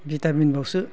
vitamin बावसो